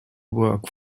work